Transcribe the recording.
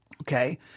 Okay